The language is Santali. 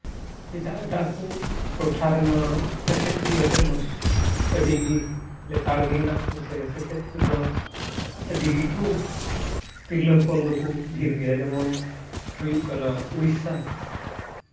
ᱮᱴᱟᱜ ᱮᱴᱟᱜ ᱠᱚ ᱴᱚᱴᱷᱟ ᱨᱮᱱᱟᱜ ᱥᱮᱪᱮᱫ ᱤᱫᱤ ᱠᱟᱛᱮᱜ ᱢᱟ ᱟᱹᱰᱤᱜᱮ ᱞᱮᱛᱟᱲ ᱜᱮ ᱦᱮᱱᱟᱜ ᱠᱚ ᱥᱮ ᱥᱮᱪᱮᱫ ᱛᱮᱫᱚ ᱟᱹᱰᱤ ᱜᱮᱠᱚ ᱛᱤᱨᱞᱟᱹ ᱦᱚᱯᱚᱱ ᱫᱚᱠᱚ ᱰᱷᱮᱨ ᱜᱮᱭᱟ ᱡᱮᱢᱚᱱ ᱦᱩᱭᱩᱜ ᱠᱟᱱᱟ ᱳᱰᱤᱥᱟ